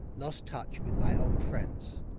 lost touch with my old friends.